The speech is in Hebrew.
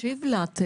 תשיב לה.